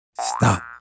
Stop